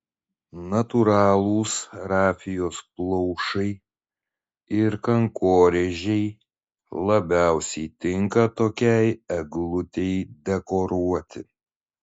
natūralūs rafijos plaušai ir kankorėžiai labiausiai tinka tokiai eglutei dekoruoti